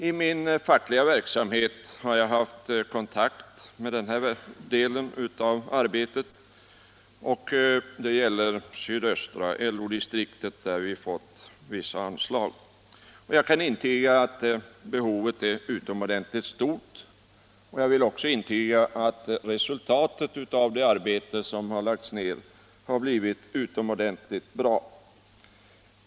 I min fackliga verksamhet inom sydöstra LO-distriktet har jag haft kontakt med denna del av arbetet. Vi har fått vissa anslag, och jag kan intyga att behovet av information är utomordentligt stort. Resultatet av det arbete som lagts ned har blivit utomordentligt bra.